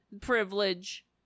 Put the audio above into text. privilege